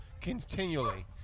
continually